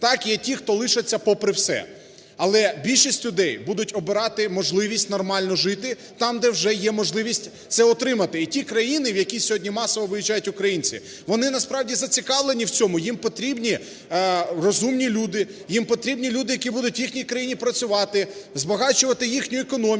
Так, є ті, хто лишиться попри все, але більшість людей будуть обирати можливість нормально жити там, де вже є можливість це отримати. І ті країни, в які сьогодні масово виїжджають українці, вони насправді зацікавлені в цьому, їм потрібні розумні люди, їм потрібні люди, які будуть в їхній країні працювати, збагачувати їхню економіку,